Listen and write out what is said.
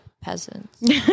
peasants